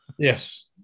Yes